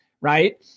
right